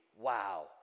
wow